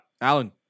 Alan